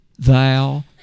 Thou